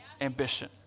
ambition